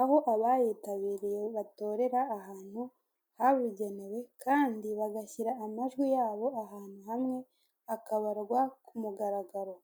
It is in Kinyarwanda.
aho abayitabiriye batorera ahantu habugenewe kandi bagashyira amajwi yabo ahantu hamwe akabarwa ku mugaragaro.